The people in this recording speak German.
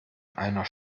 einer